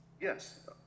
yes